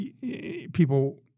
people